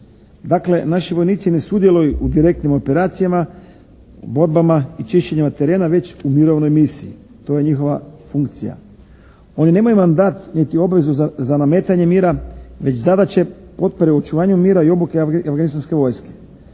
Dakle, naši vojnici ne sudjeluju u direktnim operacijama, borbama i čišćenjima terena već u mirovnoj misiji. To je njihova funkcija. Oni nemaju mandat niti obvezu za nametanje mira već zadaće pri očuvanju mira i obuke afganistanske vojske.